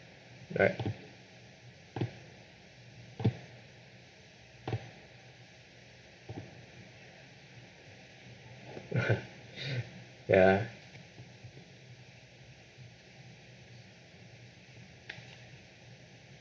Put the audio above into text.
alright ya